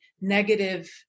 negative